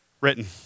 written